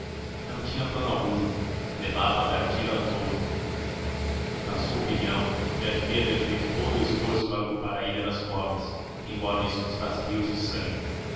não tinha plano algum levava a dar tiros à toa na sua opinião já devia ter feito todo o esforço para ocupar a ilha das cobras embora isso custasse rios de sangue